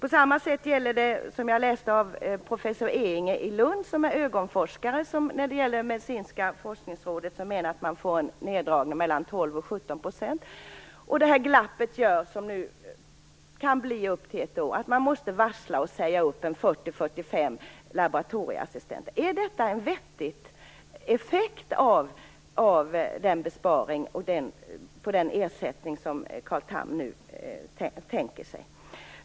Jag har också läst att professor Ehinger i Lund, som är ögonforskare, menar att man när det gäller Medicinska forskningsrådet får en neddragning på 12-17 % och att det här glappet, som kan bli upp till ett år, gör att man måste varsla och säga upp 40-45 laboratorieassistenter. Är detta en vettig effekt av den besparing som Carl Tham nu tänker sig?